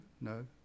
No